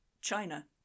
China